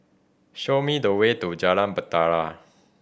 show me the way to Jalan Bahtera